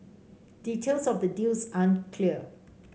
details of the deals aren't clear